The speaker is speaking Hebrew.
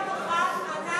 כשהתאגיד לא היה מוכן,